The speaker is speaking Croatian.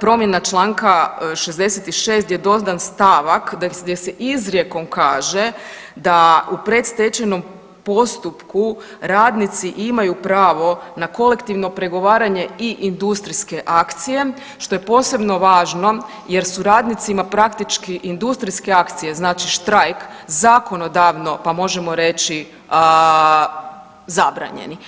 promjena čl. 66 gdje je dodan stavak gdje se izrijekom kaže da u predstečajnom postupku radnici imaju pravo na kolektivno pregovaranje i industrijske akcije, što je posebno važno jer su radnicima praktički, industrijske akcije, znači štrajk, zakonodavno, pa možemo reći, zabranjeni.